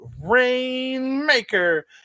rainmaker